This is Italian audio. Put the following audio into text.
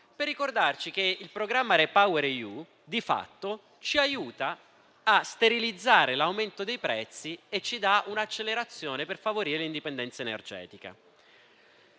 per ricordarci che il programma REPowerEU, di fatto, ci aiuta a sterilizzare l'aumento dei prezzi e dà un'accelerazione per favorire l'indipendenza energetica.